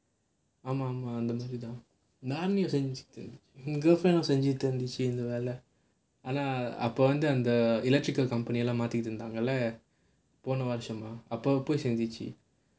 என்:en girlfriend செஞ்சிட்டு இருந்துச்சு அந்த வேலை அதான் அப்போ வந்து அந்த:senjittu irunthuchu antha velai athaan vanthu antha electrical company மாத்திட்டு இருந்தாங்கல போன வருஷம் மா அப்போ அப்போ செஞ்சுச்சு:maathittu irunthaangala pona varusham maa appo appo senjuchchu